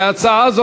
להצעה זו,